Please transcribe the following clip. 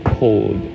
cold